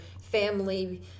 family